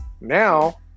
Now